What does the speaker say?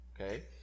Okay